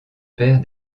père